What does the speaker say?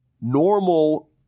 normal